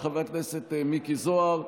של חבר הכנסת מיקי זוהר,